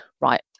right